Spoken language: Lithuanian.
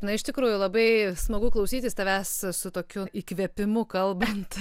na iš tikrųjų labai smagu klausytis tavęs su tokiu įkvėpimu kalbant